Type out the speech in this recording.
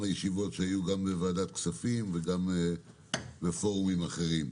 ישיבות שהיו בוועדת כספים וגם בפורומים אחרים.